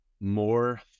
more